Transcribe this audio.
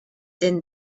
din